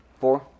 Four